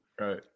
Right